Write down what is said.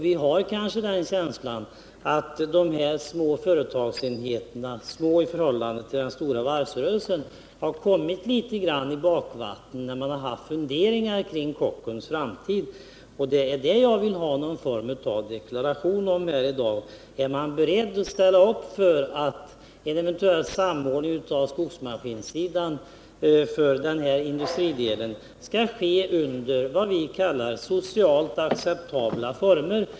Vi har en känsla av att de här små företagsenheterna — små i förhållande till den stora varvsrörelsen — har kommit litet grand i bakvattnet när man har haft funderingar kring Kockums framtid. Jag vill ha någon form av deklaration om det i dag. Är man beredd att ställa upp för att en eventuell samordning inom skogsmaskinsindustrin skall ske under vad vi kallar socialt acceptabla former?